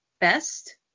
best